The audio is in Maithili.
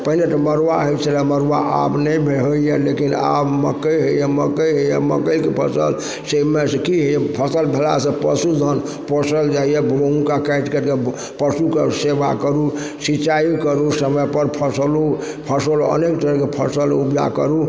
पहिले तऽ मड़ुआ होइ छलय मड़ुआ आब नहि होइए लेकिन आब मकइ होइए मकइ होइए मकइके फसल से मे से कि फसल भेलासँ पशुधन पोसल जाइए गेहुँके काटिके तब पशुके सेवा करू सिँचाइ करू समयपर फसलु फसल अनेक तरहके फसल उपजा करू